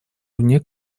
вне